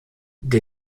der